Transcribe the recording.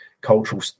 cultural